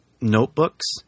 notebooks